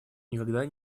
никогда